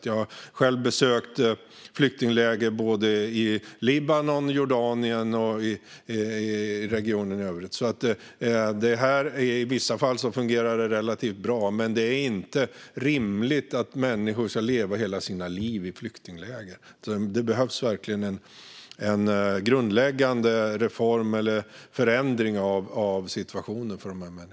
Jag har själv besökt flyktingläger i såväl Libanon och Jordanien som regionen i övrigt, och i vissa fall fungerar det relativt bra. Det är dock inte rimligt att människor ska leva hela sina liv i flyktingläger, så det behövs verkligen en grundläggande reform eller förändring av situationen för dessa människor.